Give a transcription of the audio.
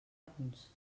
punts